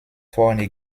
vorne